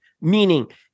Meaning